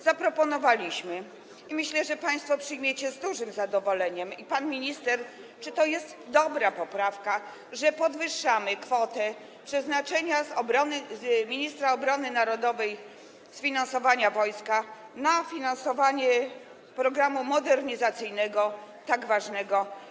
Zaproponowaliśmy - myślę, że państwo przyjmiecie to z dużym zadowoleniem, pan minister też, bo to jest dobra poprawka - że podwyższamy kwotę, zmieniamy przeznaczenie z ministra obrony narodowej, z finansowania wojska na finansowanie programu modernizacyjnego, tak ważnego.